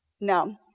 No